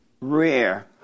rare